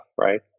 right